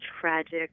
tragic